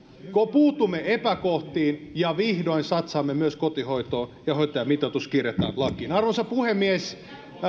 puutumme epäkohtiin ja vihdoin satsaamme myös kotihoitoon ja hoitajamitoitus kirjataan lakiin arvoisa puhemies